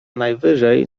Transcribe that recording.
najwyżej